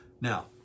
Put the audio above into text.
Now